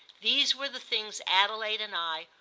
these were the things adelaide and i,